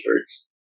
birds